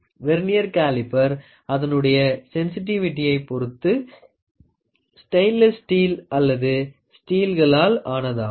vernier calliper அதனுடைய சென்சிட்டிவிட்டியயை பொருத்து ஸ்டைன்லேஸ் ஸ்டீல் அல்லது ஸ்டீல்ளால் ஆனதாகும்